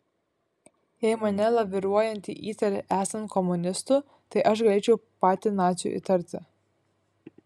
jei mane laviruojantį įtari esant komunistu tai aš galėčiau patį naciu įtarti